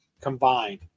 combined